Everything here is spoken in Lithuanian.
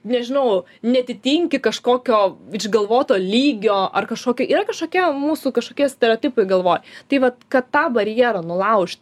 nežinau neatitinki kažkokio išgalvoto lygio ar kažkokio yra kažkokie mūsų kažkokie stereotipai galvoj tai vat kad tą barjerą nulaužt